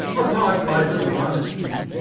upon my little honesty,